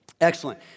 Excellent